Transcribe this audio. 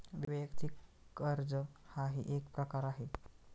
वैयक्तिक कर्ज हाही एक प्रकार आहे